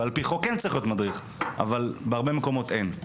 ועל פי חוק כן צריך להיות מדריך אבל בהרבה מקומות אין.